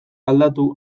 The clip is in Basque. aldatu